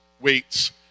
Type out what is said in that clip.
weights